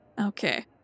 Okay